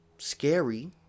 scary